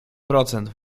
procent